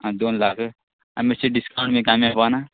आ दोन लाख आ माश्शी डिस्कावंट बी कांय मेळपा ना